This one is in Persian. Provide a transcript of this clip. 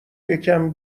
یکم